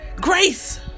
Grace